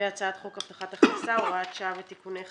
והצעת חוק הבטחת הכנסה (הוראת שעה ותיקוני חקיקה)